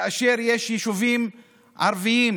וכאשר יש יישובים ערביים